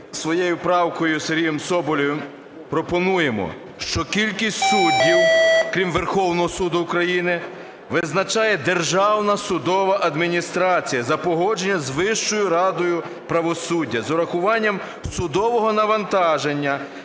своєю правкою з Сергієм Соболєвим пропонуємо, що кількість суддів, крім Верховного Суду України, визначає Державна судова адміністрація за погодженням з Вищою радою правосуддя з урахуванням судового навантаження